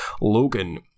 Logan